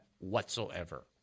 whatsoever